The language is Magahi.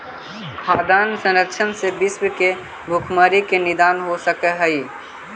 खाद्यान्न संरक्षण से विश्व के भुखमरी के निदान हो सकऽ हइ